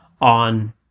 on